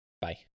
Bye